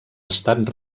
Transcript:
estat